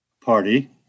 party